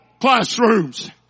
classrooms